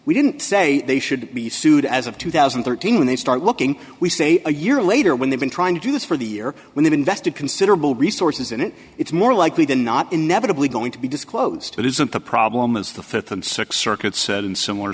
we didn't say they should be sued as of two thousand and thirteen when they start looking we say a year later when they've been trying to do this for the year when they've invested considerable resources in it it's more likely than not inevitably going to be disclosed that isn't the problem is the th and th circuit said in similar